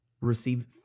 receive